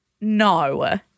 No